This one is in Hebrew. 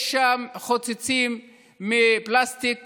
יש שם חוצצים מפלסטיק